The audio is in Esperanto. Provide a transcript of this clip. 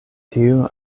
tiu